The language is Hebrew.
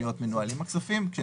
אופן.